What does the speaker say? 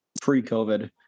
pre-COVID